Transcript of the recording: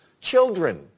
children